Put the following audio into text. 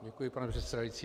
Děkuji, pane předsedající.